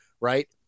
right